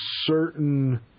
certain